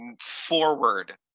forward